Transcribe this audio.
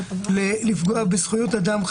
לפגוע בזכויות אדם,